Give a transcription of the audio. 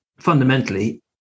fundamentally